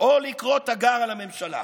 או לקרוא תיגר על הממשלה.